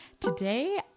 today